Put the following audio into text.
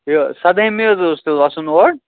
یہِ سدٲہمہِ حظ اوس تیٚلہِ وَسُن اور